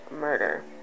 murder